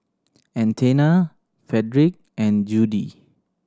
Athena Fredric and Judie